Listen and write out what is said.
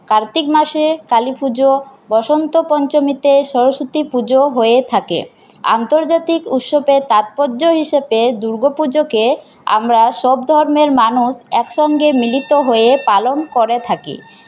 কার্ত্তিক মাসে কালীপুজো বসন্ত পঞ্চমীতে সরস্বতী পুজো হয়ে থাকে আন্তর্জাতিক উৎসবের তাৎপর্য হিসাবে দুর্গা পুজোকে আমরা সব ধর্মের মানুষ একসঙ্গে মিলিত হয়ে পালন করে থাকি